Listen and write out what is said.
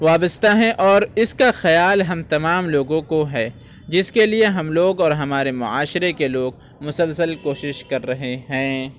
وابستہ ہیں اور اس کا خیال ہم تمام لوگوں کو ہے جس کے لیے ہم لوگ اور ہمارے معاشرے کے لوگ مسلسل کوشش کر رہے ہیں